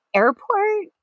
airport